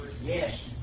Yes